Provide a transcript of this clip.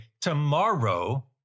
tomorrow